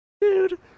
Dude